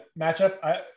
matchup